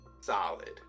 Solid